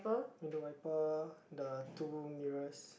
and the wiper the two mirrors